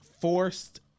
forced